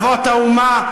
אבות האומה,